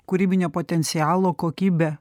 kūrybinio potencialo kokybę